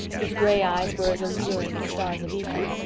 whose gray eyes were as alluring as stars of evening.